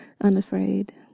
unafraid